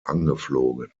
angeflogen